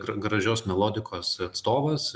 gra gražios melodikos atstovas